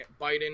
Biden